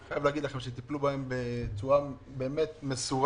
אני חייב להגיד לכם שטיפלו בהם בצורה באמת מסורה.